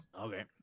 okay